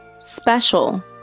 Special